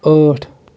ٲٹھ